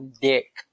dick